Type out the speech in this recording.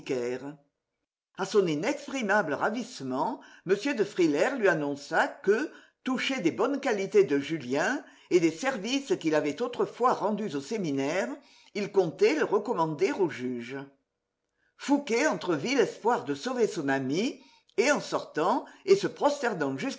a son inexprimable ravissement m de frilair lui annonça que touché des bonnes qualités de julien et des services qu'il avait autrefois rendus au séminaire il comptait le recommander aux juges fouqué entrevit l'espoir de sauver son ami et en sortant et se prosternant